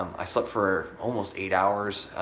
i slept for almost eight hours,